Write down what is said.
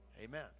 Amen